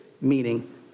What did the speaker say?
meaning